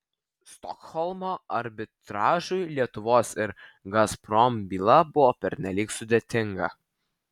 stokholmo arbitražui lietuvos ir gazprom byla buvo pernelyg sudėtinga